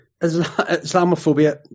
Islamophobia